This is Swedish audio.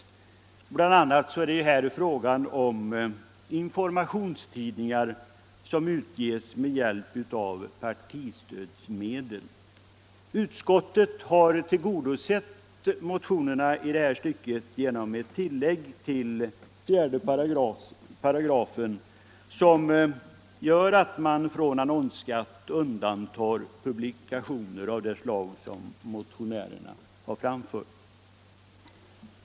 Bl. a. är det här fråga om informationstidningar som utges med hjälp av partistödsmedel. Utskottet har tillgodosett motionerna i detta stycke genom ett tillägg till 4 §, som gör att man från annonsskatt undantar publikationer av det slag som motionärerna har angivit.